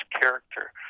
character